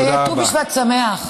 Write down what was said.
ושיהיה ט"ו בשבט שמח.